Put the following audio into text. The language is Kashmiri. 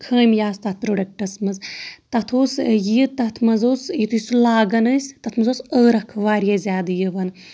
خٲمی آسہٕ تَتھ پرٛوڈَکٹَس منٛز تَتھ اوس یہِ تَتھ منٛز اوس یُتھُے سُہ لاگَان ٲسۍ تَتھ منٛز اوس ٲرَکھ واریاہ زیادٕ یِوان